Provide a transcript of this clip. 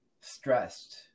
stressed